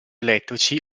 elettrici